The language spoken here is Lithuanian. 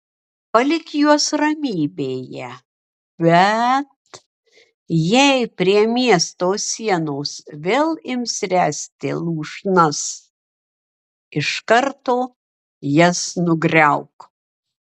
palik juos ramybėje bet jei prie miesto sienos vėl ims ręsti lūšnas iš karto jas nugriauk